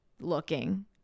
looking